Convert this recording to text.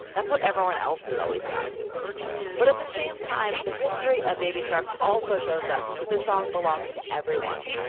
that's what everyone else has always done but, at the same time, the history of baby shark also shows us that this song belongs to everyone.